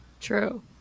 True